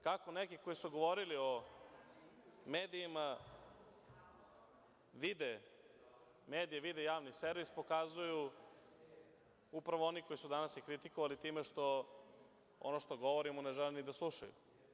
Kako neki koji su govorili o medijima vide medije i javni servis, pokazuju upravo oni koji su danas i kritikovali time što ono što govorimo ne žele ni da slušaju.